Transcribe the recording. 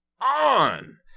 on